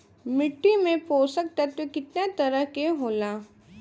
मिट्टी में पोषक तत्व कितना तरह के होला?